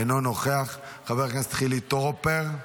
אינו נוכח, חבר הכנסת חילי טרופר,